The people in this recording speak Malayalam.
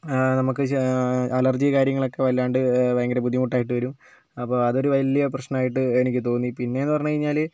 നമുക്ക് അലർജി കാര്യങ്ങളൊക്കെ വല്ലാണ്ട് ഭയങ്കര ബുദ്ധിമുട്ടായിട്ട് വരും അപ്പോൾ അതൊരു വലിയ പ്രശ്ണമായിട്ട് എനിക്ക് തോന്നി പിന്നെ എന്ന് പറഞ്ഞുകഴിഞ്ഞാൽ